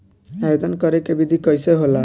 आवेदन करे के विधि कइसे होला?